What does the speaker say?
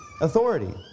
authority